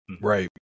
right